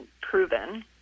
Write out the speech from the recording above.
proven